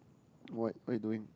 what what you doing